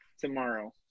tomorrow